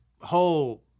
whole